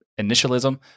initialism